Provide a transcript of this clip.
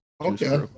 okay